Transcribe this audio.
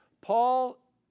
Paul